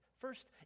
First